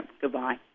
Goodbye